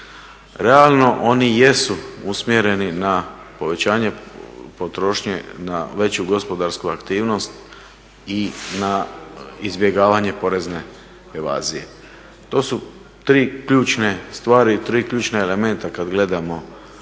Realno, oni jesu usmjereni na povećanje potrošnje, na veću gospodarsku aktivnost i na izbjegavanje porezne evazije. To su tri ključne stvari, tri ključna elementa kada gledamo u ove